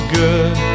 good